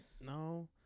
no